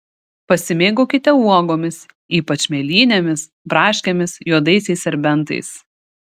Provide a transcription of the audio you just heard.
pasimėgaukite uogomis ypač mėlynėmis braškėmis juodaisiais serbentais